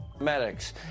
Medics